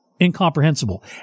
incomprehensible